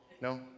No